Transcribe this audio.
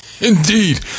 Indeed